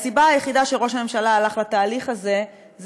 הסיבה היחידה שראש הממשלה הלך לתהליך הזה היא